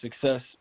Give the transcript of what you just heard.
success